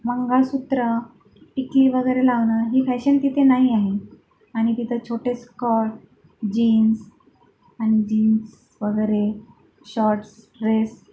मंगळसूत्र टिकली वगैरे लावणं ही फॅशन तिथे नाही आहे आणि तिथं छोटे स्कर्ट जीन्स आणि जीन्स वगैरे शॉर्ट्स ड्रेस